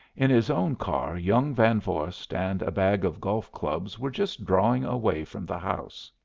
in his own car young van vorst and a bag of golf clubs were just drawing away from the house.